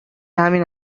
همین